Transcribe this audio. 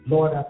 Lord